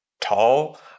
tall